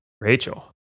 Rachel